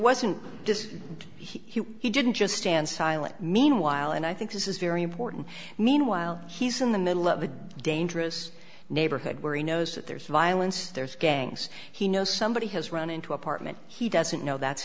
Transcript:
wasn't this he didn't just stand silent meanwhile and i think this is very important meanwhile he's in the middle of a dangerous neighborhood where he knows that there's violence there's gangs he knows somebody has run into apartment he doesn't know that's